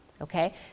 Okay